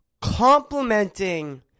complimenting